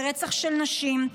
ברצח של נשים,